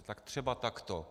Tak třeba takto.